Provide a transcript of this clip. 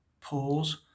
pause